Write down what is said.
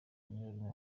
nyirarume